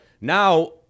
Now